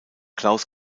klaus